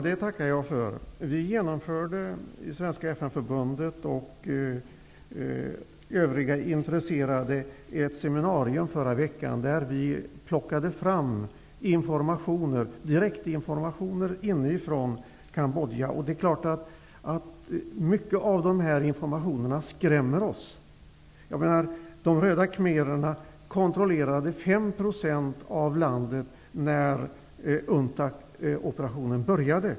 Herr talman! Det tackar jag för. Svenska FN förbundet och övriga intresserade genomförde ett seminarium förra veckan, där vi plockade fram informationer direkt inifrån Cambodja. Mycket av dessa informationer skrämmer oss. De röda khmererna kontrollerade 5 % av landet när UNTAC började.